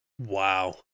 Wow